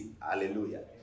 Hallelujah